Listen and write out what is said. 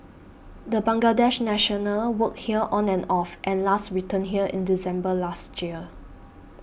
the Bangladesh national worked here on and off and last returned here in December last year